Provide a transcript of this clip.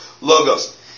Logos